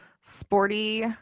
sporty